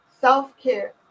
self-care